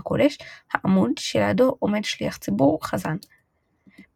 מבואת בית הכנסת או מקום בחצרו שימשו כמקום לקבלת עצות בנושאי הלכה